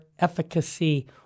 efficacy